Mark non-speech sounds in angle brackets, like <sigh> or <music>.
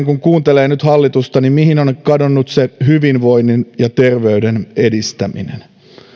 <unintelligible> kun kuuntelee nyt hallitusta niin mihin on kadonnut hyvinvoinnin ja terveyden edistäminen